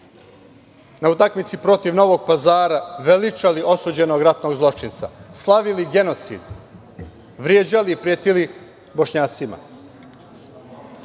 na utakmici protiv Novog Pazara veličali osuđenog ratnog zločinca, slavili genocid, vređali, pretili bošnjacima. Jeste